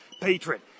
Patron